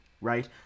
right